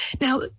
Now